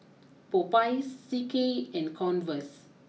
Popeyes C K and Converse